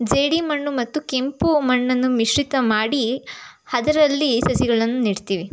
ಜೇಡಿಮಣ್ಣು ಮತ್ತು ಕೆಂಪು ಮಣ್ಣನ್ನು ಮಿಶ್ರಿತ ಮಾಡಿ ಅದರಲ್ಲಿ ಸಸಿಗಳನ್ನು ನೆಡ್ತೀವಿ